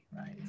right